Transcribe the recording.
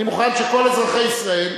אני מוכן שכל אזרחי ישראל,